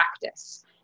practice